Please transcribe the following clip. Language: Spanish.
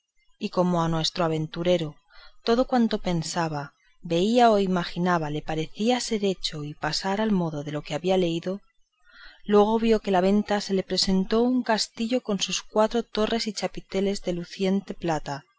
y como a nuestro aventurero todo cuanto pensaba veía o imaginaba le parecía ser hecho y pasar al modo de lo que había leído luego que vio la venta se le representó que era un castillo con sus cuatro torres y chapiteles de luciente plata